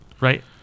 right